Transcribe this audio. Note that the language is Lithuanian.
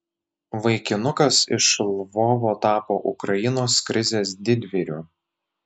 vaikinukas iš lvovo tapo ukrainos krizės didvyriu